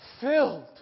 filled